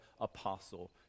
apostle